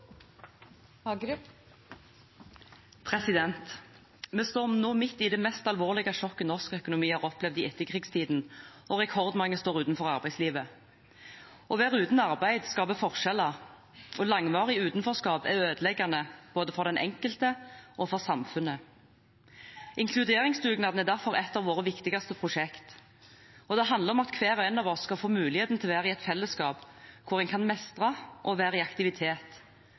Vi står nå midt i det mest alvorlige sjokket norsk økonomi har opplevd i etterkrigstiden, og rekordmange står utenfor arbeidslivet. Å være uten arbeid skaper forskjeller. Langvarig utenforskap er ødeleggende, både for den enkelte og for samfunnet. Inkluderingsdugnaden er derfor et av våre viktigste prosjekt. Det handler om at hver og en av oss skal få muligheten til å være i et fellesskap, hvor man kan mestre og være i aktivitet.